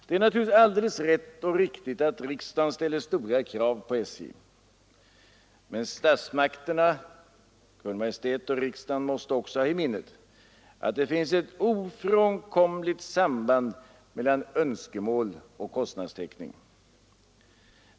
Det är naturligtvis alldeles rätt och riktigt att riksdagen ställer stora krav på SJ. Men statsmakterna, Kungl. Maj:t och riksdagen, måste också ha i minnet att det finns ett ofrånkomligt samband mellan önskemål och kostnadstäckning.